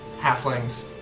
halflings